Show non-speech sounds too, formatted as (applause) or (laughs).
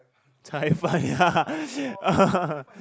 cai fan ya (laughs)